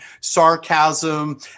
sarcasm